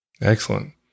Excellent